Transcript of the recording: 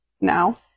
now